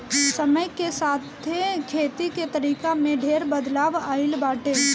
समय के साथे खेती के तरीका में ढेर बदलाव आइल बाटे